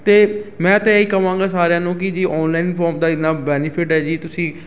ਅਤੇ ਮੈਂ ਤਾਂ ਇਹ ਹੀ ਕਹਾਂਗਾ ਸਾਰਿਆਂ ਨੂੰ ਕਿ ਜੇ ਔਨਲਾਈਨ ਫੋਮ ਦਾ ਇੰਨਾਂ ਬੈਨੀਫਿਟ ਹੈ ਜੀ ਤੁਸੀਂ